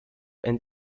and